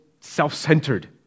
self-centered